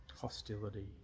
Hostility